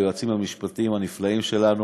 היועצים המשפטיים הנפלאים שלנו.